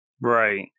Right